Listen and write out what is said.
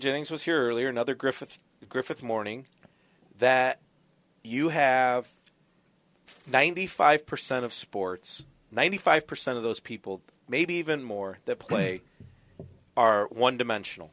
jennings was here earlier another griffith griffith mourning that you have ninety five percent of sports ninety five percent of those people maybe even more that play are one dimensional